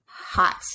Hot